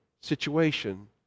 situation